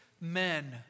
men